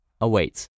awaits